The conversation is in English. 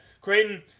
Creighton